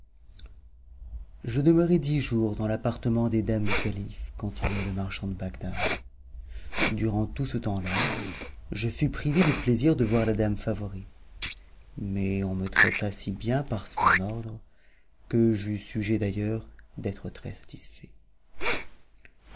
je demeurai dix jours dans l'appartement des dames du calife continua le marchand de bagdad durant tout ce temps-là je fus privé du plaisir de voir la dame favorite mais on me traita si bien par son ordre que j'eus sujet d'ailleurs d'être